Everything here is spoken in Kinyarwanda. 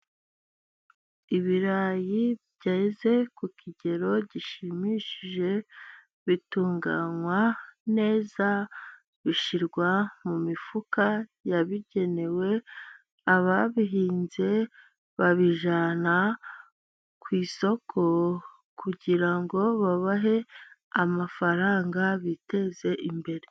Ibirayi byageze ku kigero gishimishije, bitunganywa neza bishyirwa mu mifuka yabigenewe, ababihinze babijyana ku isoko, kugira ngo babahe amafaranga, biteze imbere.